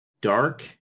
Dark